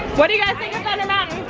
what do you guys think kind of